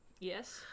yes